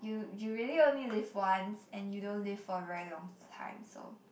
you you really only live once and you don't live for a very long time so